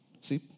See